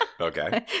Okay